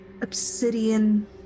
obsidian